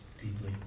deeply